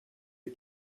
بار